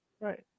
right